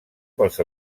pels